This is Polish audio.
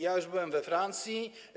Ja już byłem we Francji.